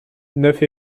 neuf